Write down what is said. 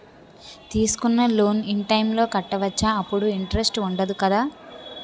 తీసుకున్న loan in time లో కట్టవచ్చ? అప్పుడు ఇంటరెస్ట్ వుందదు కదా?